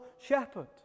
shepherd